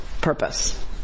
purpose